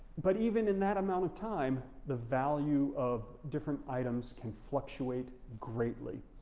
but even in that amount of time, the value of different items can fluctuate greatly.